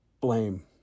blame